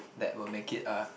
that will make it a